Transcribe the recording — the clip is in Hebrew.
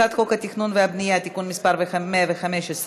הצעת חוק התכנון והבנייה (תיקון מס' 115)